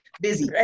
busy